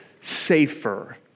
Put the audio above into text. safer